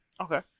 Okay